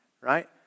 Right